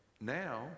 now